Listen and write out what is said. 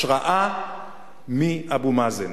השראה מאבו מאזן.